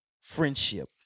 friendship